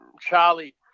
Charlie